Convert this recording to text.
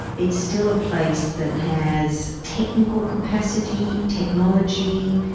it's still a place that has technical capacity, technology,